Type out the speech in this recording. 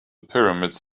pyramids